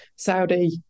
Saudi